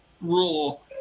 rule